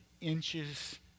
inches